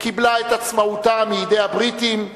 קיבלה את עצמאותה מידי הבריטים,